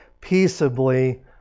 peaceably